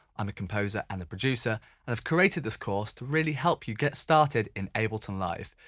i'm a composer and a producer and i've created this course to really help you get started in ableton live.